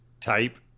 type